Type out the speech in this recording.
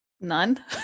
None